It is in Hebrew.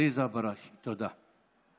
עליזה בראשי, תודה.